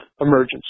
emergency